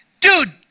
dude